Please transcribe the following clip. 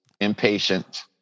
impatient